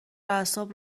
اعصاب